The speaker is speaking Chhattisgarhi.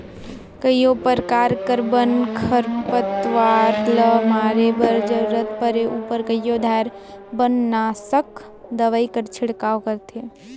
कइयो परकार कर बन, खरपतवार ल मारे बर जरूरत परे उपर कइयो धाएर बननासक दवई कर छिड़काव करथे